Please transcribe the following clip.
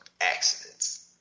accidents